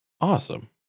Awesome